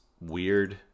weird